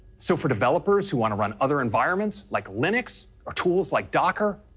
so, for developers who wanna run other environments like linux or tools like docker,